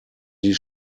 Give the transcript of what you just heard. die